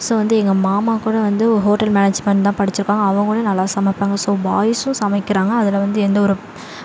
so வந்து எங்கள் மாமா கூட வந்து ஹோட்டல் மேனேஜ்மெண்ட் தான் படிச்சியிருக்காங்க அவங்களும் நல்லா சமைப்பாங்க ஸோ பாய்ஸ்சும் சமைக்கிறாங்க அதில் வந்து எந்த ஒரு